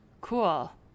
cool